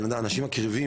אנשים מקריבים